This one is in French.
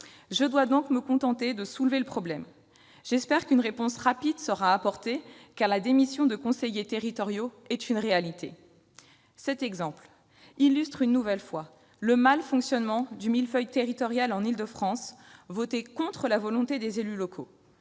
Je dois donc me contenter de le soulever. J'espère qu'une réponse rapide sera apportée, car la démission de conseillers territoriaux est une réalité. Cet exemple illustre une nouvelle fois le mal-fonctionnement du millefeuille territorial en Île-de-France, voté contre la volonté des élus locaux.